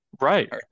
right